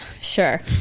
sure